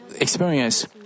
experience